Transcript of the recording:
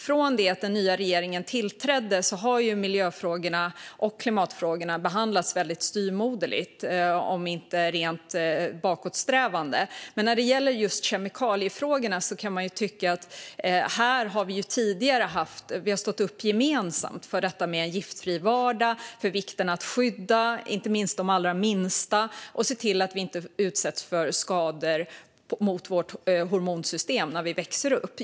Från det att den nya regeringen tillträdde har miljöfrågorna och klimatfrågorna behandlats väldigt styvmoderligt, om inte rent bakåtsträvande. När det gäller kemikaliefrågorna har vi tidigare stått upp gemensamt för en giftfri vardag och vikten av att skydda inte minst de allra minsta och se till att man inte utsätts för skador på sitt hormonsystem när man växer upp.